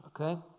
okay